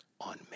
on